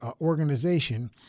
organization